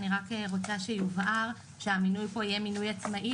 אני רק רוצה שיובהר שהמינוי פה יהיה מינוי עצמאי